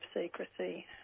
secrecy